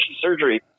surgery